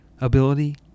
ability